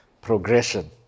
progression